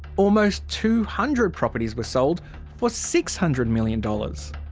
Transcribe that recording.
almost two hundred properties were sold for six hundred million dollars.